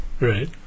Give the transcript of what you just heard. Right